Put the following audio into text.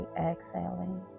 exhaling